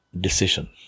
decision